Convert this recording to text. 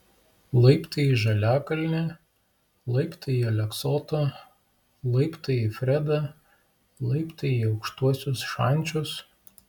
laiptai į žaliakalnį laiptai į aleksotą laiptai į fredą laiptai į aukštuosius šančius